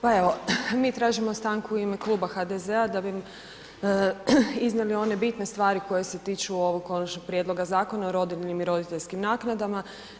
Pa evo, mi tražimo stanku u ime Kluba HDZ-a da bi iznijeli one bitne stvari koje se tiču ovog konačnog prijedloga zakona o rodiljnim i roditeljskim naknadama.